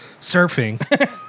surfing